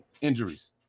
injuries